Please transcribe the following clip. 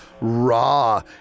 raw